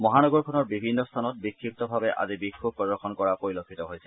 মহানগৰখনৰ বিভিন্ন স্থানত বিক্ষিপ্তভাৱে আজি বিক্ষোভ প্ৰদৰ্শন কৰা পৰিলক্ষিত হৈছে